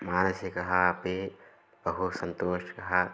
मानसिकः अपि बहु सन्तोषः